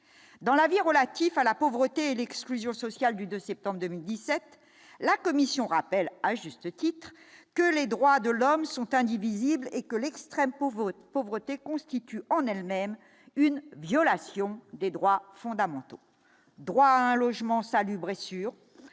dans la vie, relatif à la pauvreté et l'exclusion sociale du 2 septembre 2017 la Commission rappelle à juste titre, que les droits de l'homme sont indivisibles et que l'extrême pauvreté pauvreté constitue en elle-même une violation des droits fondamentaux, droit à un logement salubre et sûr,